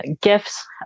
gifts